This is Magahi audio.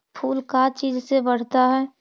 फूल का चीज से बढ़ता है?